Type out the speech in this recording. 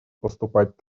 поступать